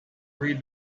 read